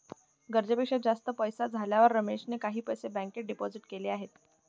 गरजेपेक्षा जास्त पैसे झाल्यावर रमेशने काही पैसे बँकेत डिपोजित केलेले आहेत